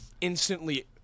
instantly